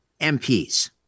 MPs